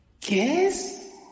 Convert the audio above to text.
guess